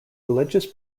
religious